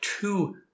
two